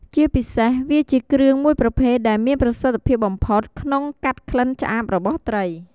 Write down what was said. ជាពិសេស វាជាគ្រឿងមួយប្រភេទដែលមានប្រសិទ្ធិភាពបំផុតក្នុងកាត់ក្លិនឆ្អាបរបស់ត្រី។